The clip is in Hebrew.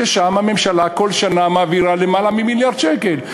ולשם הממשלה כל שנה מעבירה למעלה ממיליארד שקל,